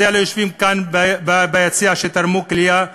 מצדיע ליושבים כאן ביציע שתרמו כליה,